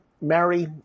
Mary